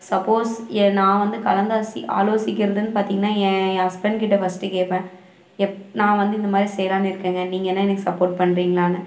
suppose நான் வந்து கலந்தாசி ஆலோசிக்கிறதுனு பார்த்திங்கன்னா ஏன் ஹஸ்பெண்ட் கிட்ட ஃபர்ஸ்ட்டு கேட்பேன் எப் நான் வந்து இந்த மாதிரி செய்யலான்னு இருக்கேங்க நீங்கள் என்ன எனக்கு சப்போட் பண்றீங்களான்னு